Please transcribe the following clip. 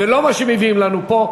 ולא מה שמביאים לנו פה,